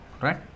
right